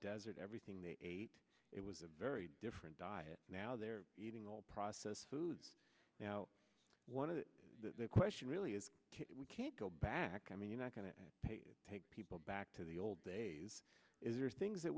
desert everything they ate it was a very different diet now they're eating all processed foods now one of the question really is we can't go back i mean you're not going to pay to take people back to the old days is there things that